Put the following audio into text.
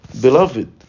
beloved